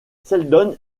seldon